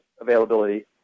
availability